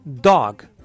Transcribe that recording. dog